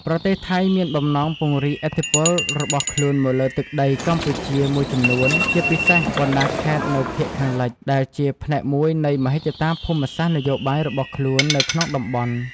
ប្រទេសថៃមានបំណងពង្រីកឥទ្ធិពលរបស់ខ្លួនមកលើទឹកដីកម្ពុជាមួយចំនួន ជាពិសេសបណ្តាខេត្តនៅភាគខាងលិច ដែលជាផ្នែកមួយនៃមហិច្ឆតាភូមិសាស្ត្រនយោបាយរបស់ខ្លួននៅក្នុងតំបន់។